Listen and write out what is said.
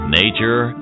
nature